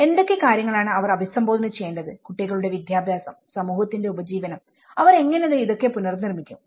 എന്തൊക്കെ കാര്യങ്ങളാണ് നമ്മൾ അഭിസംബോധന ചെയ്യേണ്ടത് കുട്ടികളുടെ വിദ്യാഭ്യാസം സമൂഹത്തിന്റെ ഉപജീവനം അവർ എങ്ങനെ ഇതൊക്കെ പുനർനിർമിക്കും